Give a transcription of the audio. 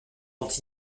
dont